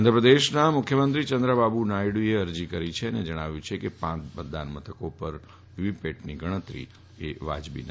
આંધ્રપ્રદેશના મુખ્યમંત્રી ચંદ્રાબાબુ નાયડુએ આ અરજી કરી છે અને જણાવ્યું છે કે પાંચ મતદાન મથકો પર વીવીપેટની ગણતરી એ વાજબી નથી